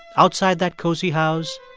outside that cozy house,